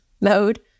mode